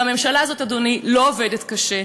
והממשלה הזאת, אדוני, לא עובדת קשה.